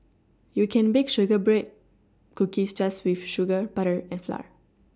you can bake shortbread cookies just with sugar butter and flour